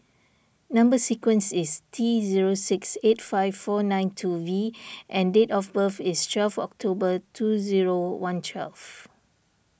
Number Sequence is T zero six eight five four nine two V and date of birth is twelve October two zero one twelve